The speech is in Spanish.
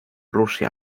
rusia